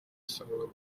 sako